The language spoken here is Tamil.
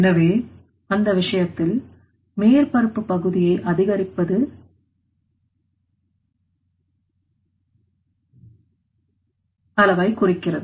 எனவே அந்த விஷயத்தில் மேற்பரப்பு பகுதியை அதிகரிப்பது லபெல்ஸ் அளவை குறைக்கிறது